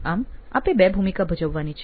આમ આપે બે ભૂમિકા ભજવવાની છે